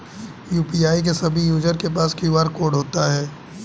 UPI के सभी user के पास क्यू.आर कोड होता है